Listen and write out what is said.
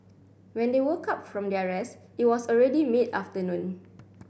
when they woke up from their rest it was already mid afternoon